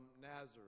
Nazareth